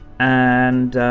and